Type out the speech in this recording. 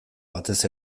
batez